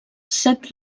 set